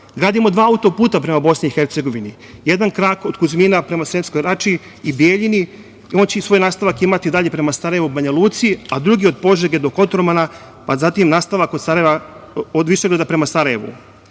naroda. Gradimo dva auto-puta prema BiH, jedan krak od Kuzmina prema Sremskoj Rači i Bjeljini, on će svoj nastavak imati dalje prema Sarajevu, Banja Luci, a drugi od Požege do Kotormana, pa zatim nastavak od Višegrada prema Sarajevu. Neće